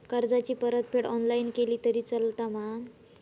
कर्जाची परतफेड ऑनलाइन केली तरी चलता मा?